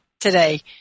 today